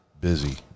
busy